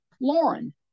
Lauren